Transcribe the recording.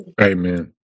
Amen